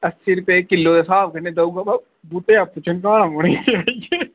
अस्सीं रपे किलो दे स्हाब कन्नै देई ओड़गा बा बूह्टे आपूं झमगाना पौने